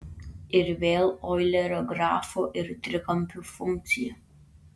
ir vėl oilerio grafų ir trikampių funkcija